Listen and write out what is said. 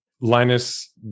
Linus